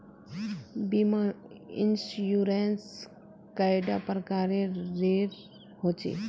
बीमा इंश्योरेंस कैडा प्रकारेर रेर होचे